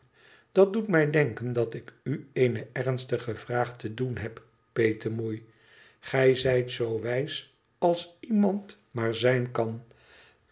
dat doet mij denken dat ik u eene ernstige vraag te doen heb petemoei gij zijt zoo wijs als iemand maar zijn kan